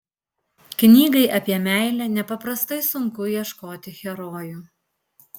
knygai apie meilę nepaprastai sunku ieškoti herojų